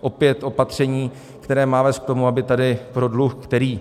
Opět opaření, které má vést k tomu, aby tady pro dluh, který